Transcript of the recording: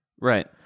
right